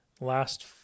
last